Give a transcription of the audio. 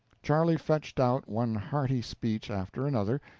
charley fetched out one hearty speech after another,